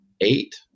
eight